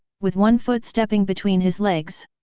with one foot stepping between his legs.